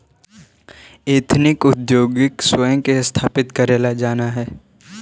ethnic उद्योगी स्वयं के स्थापित करेला जानऽ हई